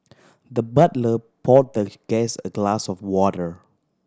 the butler poured the guest a glass of water